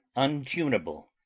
untuneable,